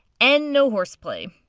and no horseplay.